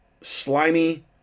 slimy